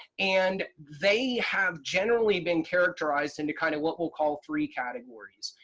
and they have generally been characterized into kind of what we'll call three categories.